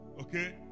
okay